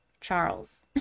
Charles